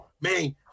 man